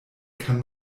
kann